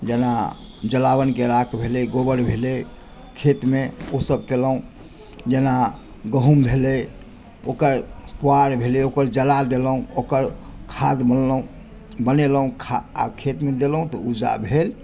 जेना जलावनके राख भेलै गोबर भेलै खेतमे ओ सभ केलहुँ जेना गहूँम भेलै ओकर पोआर भेलै ओकर जड़ि जला देलहुँ ओकर खाद्य बनेलहुँ आ खेतमे देलहुँ तऽ उपजा भेल